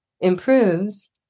improves